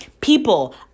people